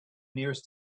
nearest